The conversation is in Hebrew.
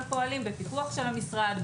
אבל פועלים בפיקוח המשרד,